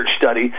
study